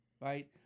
right